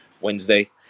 Wednesday